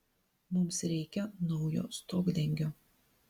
mums reikia naujo stogdengio